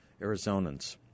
Arizonans